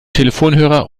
telefonhörer